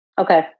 Okay